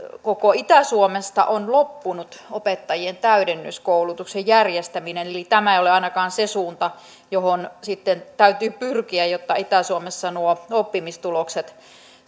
koko itä suomesta on loppunut opettajien täydennyskoulutuksen järjestäminen eli tämä ei ole ainakaan se suunta johon sitten täytyy pyrkiä jotta itä suomessa nuo oppimistulokset